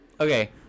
okay